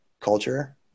culture